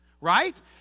right